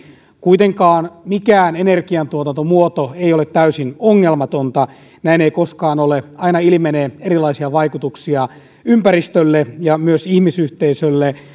kuitenkaan mikään energiantuotantomuoto ei ole täysin ongelmatonta näin ei koskaan ole aina ilmenee erilaisia vaikutuksia ympäristölle ja myös ihmisyhteisölle